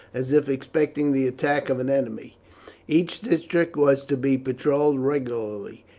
as if expecting the attack of an enemy each district was to be patrolled regularly,